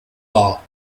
law